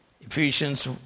Ephesians